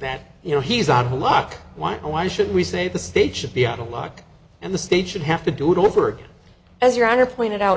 that you know he's on a lot why why should we say the state should be out of luck and the state should have to do it all over again as your honor pointed out